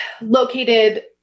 located